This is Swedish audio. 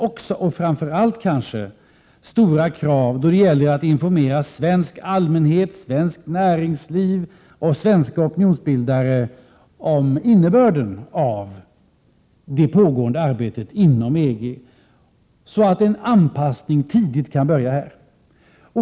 Framför allt ställer det kanske stora krav då det gäller att informera svensk allmänhet, svenskt näringsliv och svenska opinionsbildare om innebörden av det pågående arbetet inom EG, så att en anpassning tidigt kan börja här.